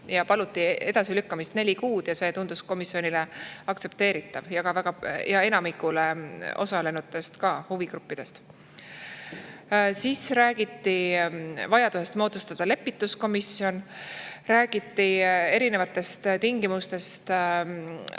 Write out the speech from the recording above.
paluti edasilükkamist neli kuud. See tundus komisjonile aktsepteeritav ja enamikule osalenud huvigruppidele ka. Räägiti vajadusest moodustada lepituskomisjon, räägiti erinevatest tingimustest,